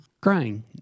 crying